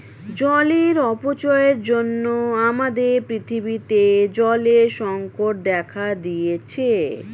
জলের অপচয়ের জন্য আমাদের পৃথিবীতে জলের সংকট দেখা দিয়েছে